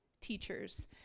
teachers